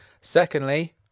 Secondly